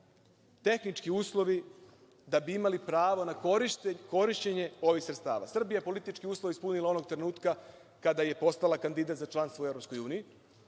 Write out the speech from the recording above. tehnički uslovi da bi imali pravo na korišćenje ovih sredstava. Srbija je politički uslov ispunila onog trenutka kada je postala kandidat za članstvo u EU,